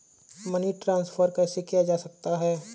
Money transfer कैसे किया जा सकता है?